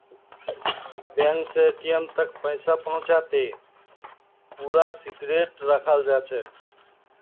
bank स ATM तक पैसा पहुंचाते पूरा सिक्रेट रखाल जाछेक